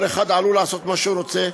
כל אחד עלול לעשות מה שהוא רוצה,